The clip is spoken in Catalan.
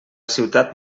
ciutat